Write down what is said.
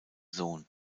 sohn